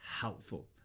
helpful